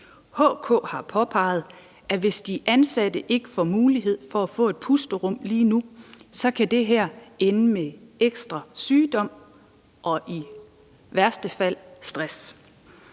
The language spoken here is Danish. HK har påpeget, at hvis de ansatte ikke får mulighed for at få et pusterum lige nu, kan det her ende med ekstra sygdom og i værste fald stress.